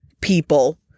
people